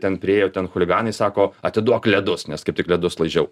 ten priėjo ten chuliganai sako atiduok ledus nes kaip tik ledus laižiau